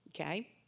okay